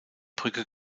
brügge